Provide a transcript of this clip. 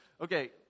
Okay